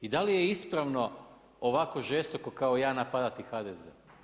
I da li je ispravno ovako žestoko kao ja napadati HDZ.